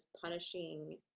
punishing